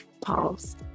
Pause